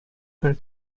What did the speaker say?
per